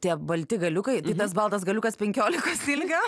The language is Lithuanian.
tie balti galiukai tai tas baltas galiukas penkiolikos ilgio